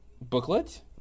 booklet